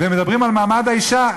ומדברים על מעמד האישה,